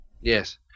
Yes